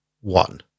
one